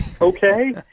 okay